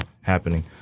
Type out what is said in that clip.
happening